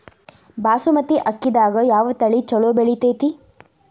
ಬಾಸುಮತಿ ಅಕ್ಕಿದಾಗ ಯಾವ ತಳಿ ಛಲೋ ಬೆಳಿತೈತಿ?